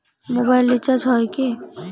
Mobile recharge হয় কি?